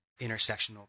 intersectional